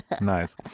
nice